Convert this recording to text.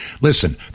Listen